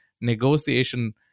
negotiation